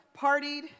partied